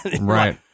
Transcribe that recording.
Right